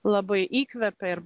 labai įkvepia ir